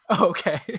Okay